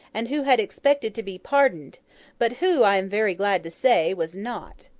and who had expected to be pardoned but who, i am very glad to say, was not.